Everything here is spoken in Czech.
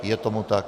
Je tomu tak.